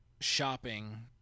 shopping